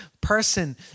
person